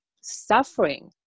suffering